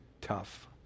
tough